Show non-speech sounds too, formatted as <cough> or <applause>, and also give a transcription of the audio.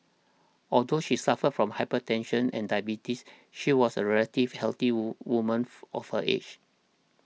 although she suffered from hypertension and diabetes she was a relatively healthy <unintelligible> woman <noise> of her age